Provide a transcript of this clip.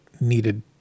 needed